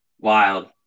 Wild